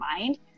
mind